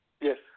Yes